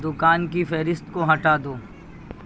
دوکان کی فہرست کو ہٹا دو